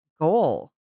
goal